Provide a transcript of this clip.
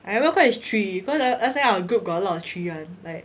I remember cause it's three cause last time our group got a lot of three [one] like